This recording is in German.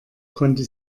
konnte